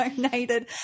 donated